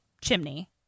chimney